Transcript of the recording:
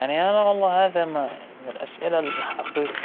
التحكم بالنار أم الماء، شغل الأفتار هذا أعتقد راح أختار